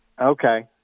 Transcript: Okay